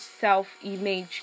self-image